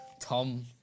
Tom